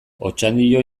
otxandio